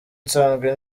nsanzwe